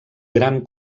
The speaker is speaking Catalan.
gran